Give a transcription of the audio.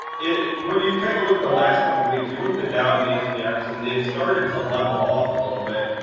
when you take a look at the last couple of weeks, you look at the dow and the sbx, and they've started to level off a little bit.